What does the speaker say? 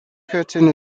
curtain